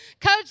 Coach